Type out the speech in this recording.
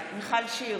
מיכל שיר